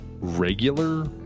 regular